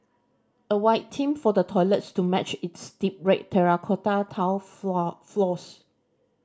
a white theme for the toilets to match its deep red terracotta tiled floors